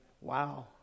wow